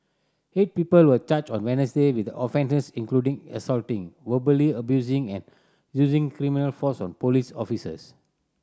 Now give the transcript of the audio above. eight people were charged on Wednesday with offences including assaulting verbally abusing and using criminal force on police officers